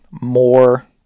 more